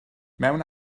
mewn